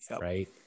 right